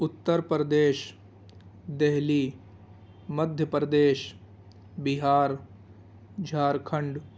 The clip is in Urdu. اتر پردیش دہلی مدھیہ پردیش بہار جھارکھنڈ